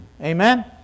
Amen